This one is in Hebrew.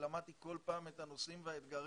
ולמדתי בכל פעם את הנושאים והאתגרים.